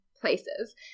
places